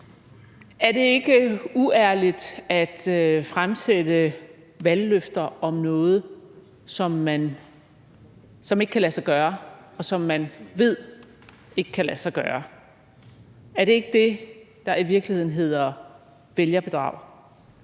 Er det ikke uærligt at fremsætte valgløfter om noget, som ikke kan lade sig gøre, og som man ved ikke kan lade sig gøre? Er det ikke det, der i virkeligheden hedder vælgerbedrag?